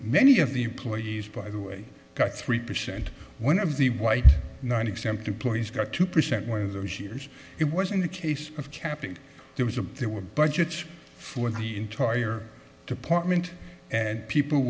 many of the employees by the way got three percent one of the white knight exempt employees got two percent one of those years it was in the case of capping there was a there were budgets for the entire department and people